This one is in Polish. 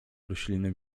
rośliny